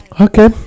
okay